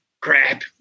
crap